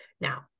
Now